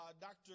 Dr